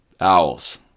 Owls